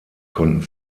konnten